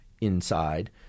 inside